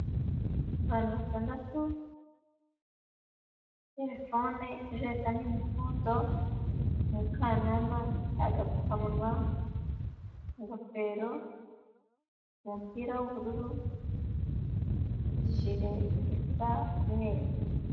Abantu batandatu, terefone, ijerekani y'umuhondo, umukanana, agapfukamunwa, ingofero, umupira w'ubururu, jire isa umweru.